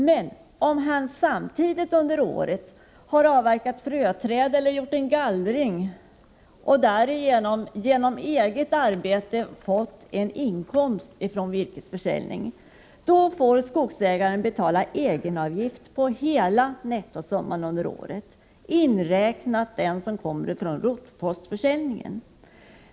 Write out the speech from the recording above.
Men om han samtidigt under året har avverkat fröträd eller gjort en gallring och därigenom genom eget arbete fått en inkomst från virkesförsäljning, då får skogsägaren betala egenavgift på hela nettoinkomsten under året, inkl. den som kommer från rotpostförsäljningen.